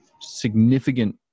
significant